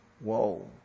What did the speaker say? Whoa